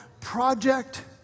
project